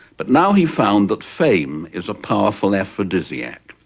but now he found that fame is a powerful aphrodisiac.